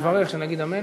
כנסת נכבדה,